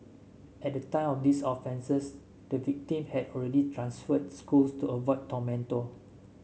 at the time of these offences the victim had already transferred schools to avoid her tormentor